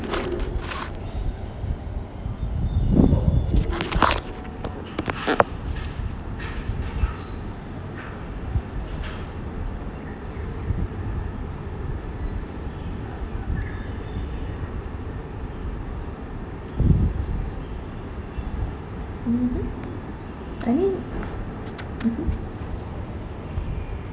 mmhmm I mean mmhmm